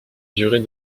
durée